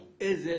איזה